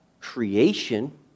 creation